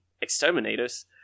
exterminators